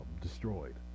destroyed